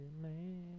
Man